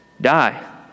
die